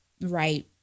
Right